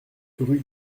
rue